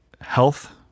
health